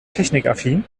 technikaffin